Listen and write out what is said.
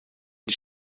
die